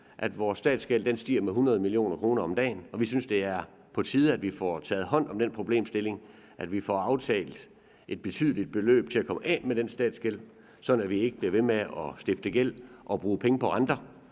at vores statsgæld stiger med 100 mio. kr. om dagen, og Det Konservative Folkeparti synes, det er på tide, at vi får taget hånd om den problemstilling, og at vi får aftalt et betydeligt beløb til at komme af med den statsgæld, sådan at vi ikke bliver ved med at stifte gæld og bruge penge på renter.